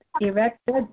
erected